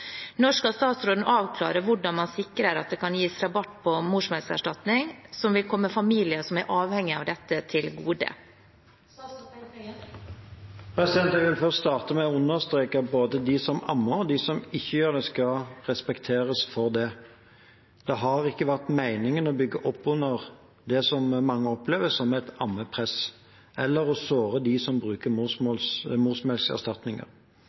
Når skal statsråden avklare hvordan man sikrer at det kan gis rabatt på morsmelkerstatning, som vil komme familier som er avhengige av dette til gode?» Jeg vil starte med å understreke at både de som ammer, og de som ikke gjør det, skal respekteres for det. Det har ikke vært meningen å bygge opp under det som mange opplever som et ammepress, eller å såre dem som bruker